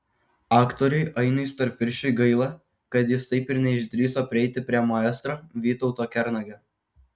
aktoriui ainiui storpirščiui gaila kad jis taip ir neišdrįso prieiti prie maestro vytauto kernagio